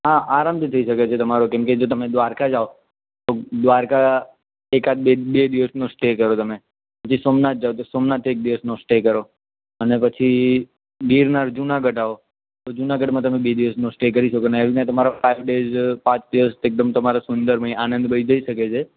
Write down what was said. હા આરામથી થઇ શકે છે તમારું કેમકે તમે દ્વારકા જાઓ તો દ્વારકા એકાદ બે બે દિવસનો સ્ટે કરો તમે પછી સોમનાથ જાઓ તો સોમનાથ એક દિવસનો સ્ટે કરો અને પછી ગિરનાર જુનાગઢ આવો તો જુનાગઢમાં તમે બે દિવસ નો સ્ટે કરી શકો ને આવી રીતના તમારા ફાઇવ ડેઝ પાંચ દિવસ એકદમ તમારે સુંદરમય આનંદમય જઈ શકે છે